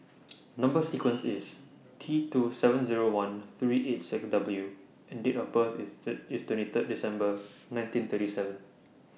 Number sequence IS T two seven Zero one three eight six W and Date of birth IS Sir IS twenty Third December nineteen thirty seven